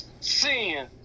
sin